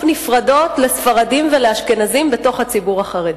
נפרדות לספרדים ולאשכנזים בתוך הציבור החרדי.